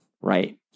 Right